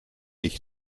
ich